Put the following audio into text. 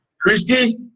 Christy